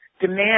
demand